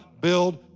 build